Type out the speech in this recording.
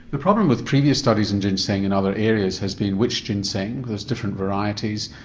the problem with previous studies in ginseng in other areas has been which ginseng, there's different varieties,